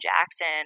Jackson